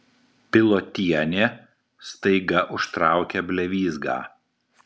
pilotienė staiga užtraukia blevyzgą